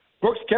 Brooks